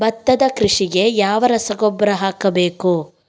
ಭತ್ತದ ಕೃಷಿಗೆ ಯಾವ ರಸಗೊಬ್ಬರ ಹಾಕಬೇಕು?